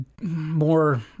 more